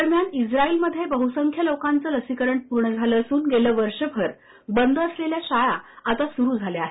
दरम्यान इस्राईलमध्ये बहुसंख्य लोकांचं लसीकरण पूर्ण झालं असून गेलं संपूर्ण वर्षभर बंद असलेल्या शाळा आता सुरू झाल्या आहेत